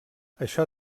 això